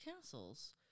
castles